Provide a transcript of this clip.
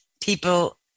people